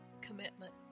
commitment